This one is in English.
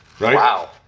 Wow